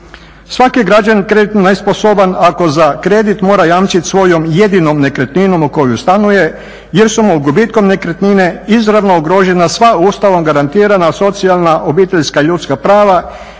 Svaki građanin je nesposoban ako za kredit mora jamčiti svojom jedinom nekretninom u kojoj stanuje jer su mu gubitkom nekretnine izrazno ugrožena sva Ustavom garantirana socijalna, obiteljska, ljudska prava